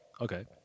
Okay